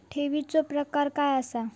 ठेवीचो प्रकार काय असा?